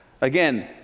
Again